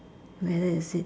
whether is it